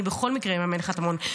אני בכל מקרה אממן לך את המעון.